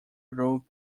group